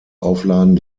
aufladen